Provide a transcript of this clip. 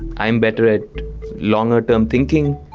i am better at longer-term thinking,